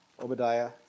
Obadiah